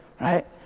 right